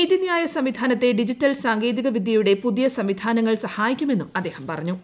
നീതിന്യായ സംവിധാനത്തെ ഡിജിറ്റൽ സ്പാങ്കേതിക വിദ്യയുടെ പുതിയ സംവിധാനങ്ങൾ സഹായിക്കുമെന്നും അദ്ദേഹം പറഞ്ഞു